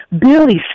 Billy